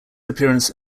appearance